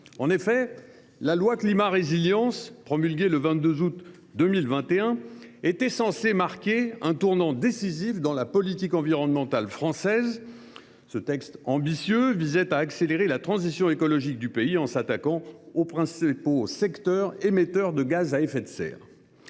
En effet, la loi Climat et Résilience, promulguée le 22 août 2021, était censée marquer un tournant décisif dans la politique environnementale française. Ce texte ambitieux visait à accélérer la transition écologique du pays en s’attaquant aux principaux secteurs émetteurs de gaz à effet de serre.